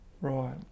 Right